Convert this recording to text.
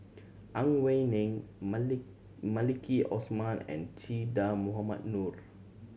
Ang Wei Neng Maliki Osman and Che Dah Mohamed Noor